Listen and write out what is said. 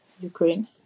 ukraine